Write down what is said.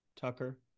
Tucker